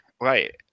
right